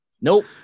Nope